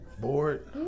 Bored